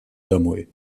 домой